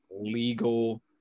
legal